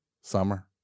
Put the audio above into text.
summer